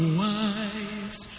wise